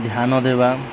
ଧ୍ୟାନ ଦେବା